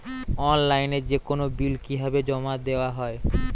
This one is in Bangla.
অনলাইনে যেকোনো বিল কিভাবে জমা দেওয়া হয়?